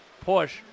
push